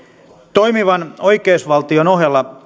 toimivan oikeusvaltion ohella